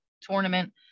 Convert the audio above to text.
tournament